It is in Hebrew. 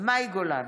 מאי גולן,